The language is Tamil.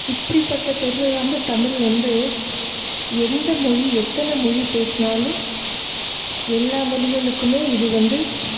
இப்படிப்பட்ட பெருமை வாய்ந்த தமிழ் வந்து எந்த மொழி எத்தனை மொழி பேசினாலும் எல்லா மொழிகளுக்குமே இது வந்து